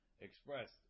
expressed